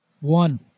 one